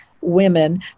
women